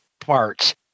parts